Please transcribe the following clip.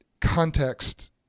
context